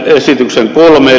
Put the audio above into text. esityksen kolme v